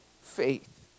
faith